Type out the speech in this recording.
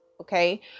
Okay